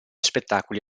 spettacoli